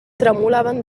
tremolaven